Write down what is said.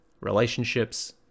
relationships